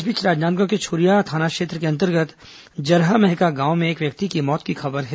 इस बीच राजनांदगांव के छुरिया थाना क्षेत्र के अंतर्गत जरहामहका गांव में एक व्यक्ति की मौत की खबर है